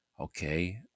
Okay